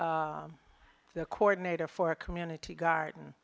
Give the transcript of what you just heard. the coordinator for a community garden